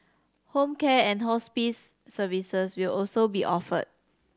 home care and hospice services will also be offered